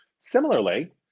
Similarly